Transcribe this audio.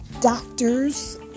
doctors